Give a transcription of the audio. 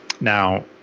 Now